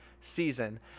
season